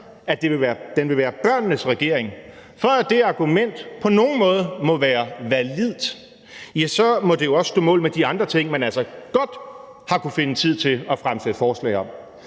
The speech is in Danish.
at den vil være børnenes regering, på nogen måde kan være validt, må det jo også stå mål med de andre ting, man altså godt har kunnet finde tid til at fremsætte forslag om.